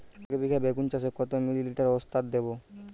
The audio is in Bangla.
একবিঘা বেগুন চাষে কত মিলি লিটার ওস্তাদ দেবো?